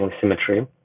symmetry